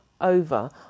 over